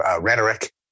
rhetoric